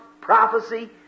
prophecy